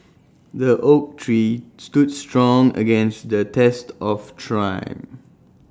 the oak tree stood strong against the test of try